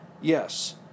Yes